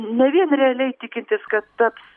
ne vien realiai tikintis kad taps